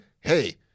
hey